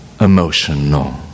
emotional